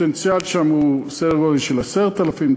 הפוטנציאל שם הוא סדר גודל של 10,000,